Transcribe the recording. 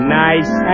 nice